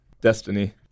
Destiny